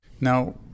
Now